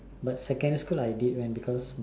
but secondary school I did when because